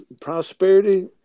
prosperity